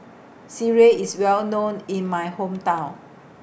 Sireh IS Well known in My Hometown